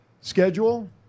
schedule